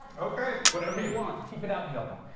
okay, whatever you want. keep it out in the open